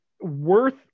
worth